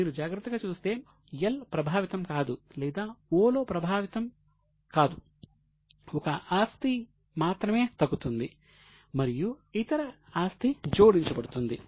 కాబట్టి మీరు జాగ్రత్తగా చూస్తే L ప్రభావితం కాదు లేదా O ప్రభావితం కాదు ఒక ఆస్తి మాత్రమే తగ్గుతుంది మరియు ఇతర ఆస్తి జోడించబడుతుంది